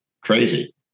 crazy